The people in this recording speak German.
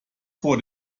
vor